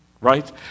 right